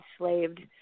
enslaved